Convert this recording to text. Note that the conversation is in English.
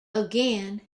again